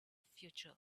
future